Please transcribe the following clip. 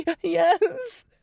Yes